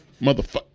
motherfucker